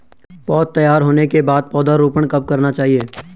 पौध तैयार होने के बाद पौधा रोपण कब करना चाहिए?